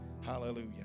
Hallelujah